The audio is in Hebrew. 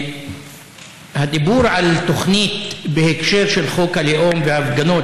הדיבור על תוכנית בהקשר של חוק הלאום והפגנות,